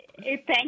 Thank